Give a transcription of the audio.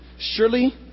surely